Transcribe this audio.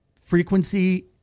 frequency